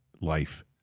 life